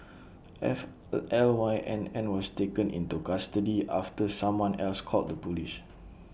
F LY N N was taken into custody after someone else called the Police